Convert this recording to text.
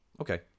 Okay